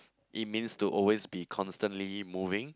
it means to always be constantly moving